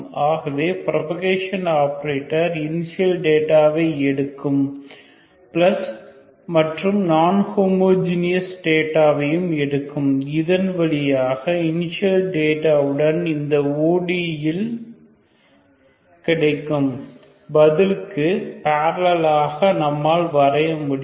ஆகவே propagation operator initial டேட்டாவை எடுக்கும் பிளஸ் மற்றும் நான் ஹோமோஜீனஸ் டேட்டா வையும் எடுக்கும் இதன் வழியாக இனிசியல் டேட்டவுடன் இந்த ODE இல் கிடைக்கும் பதிலுக்கு பேரலலாக நம்மால் வரைய முடியும்